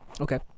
Okay